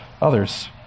Others